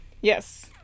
yes